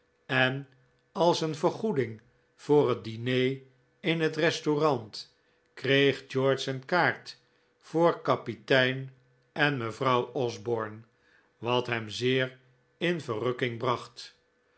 en als een vergoeding voor het diner in het restaurant kreeg george een kaart voor kapitein en mevrouw osborne wat hem zeer in verrukking bracht